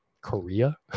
Korea